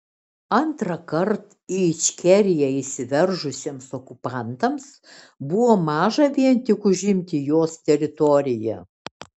antrąkart į ičkeriją įsiveržusiems okupantams buvo maža vien tik užimti jos teritoriją